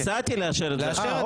הצעתי לאשר את זה עכשיו.